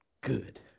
Good